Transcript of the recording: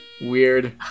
Weird